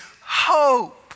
hope